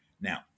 Now